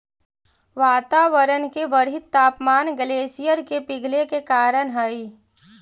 वातावरण के बढ़ित तापमान ग्लेशियर के पिघले के कारण हई